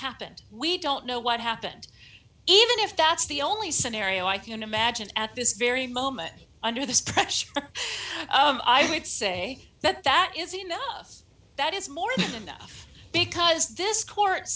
happened we don't know what happened even if that's the only scenario i can imagine at this very moment under this pressure i would say that that is enough that is more than enough because this court